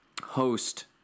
host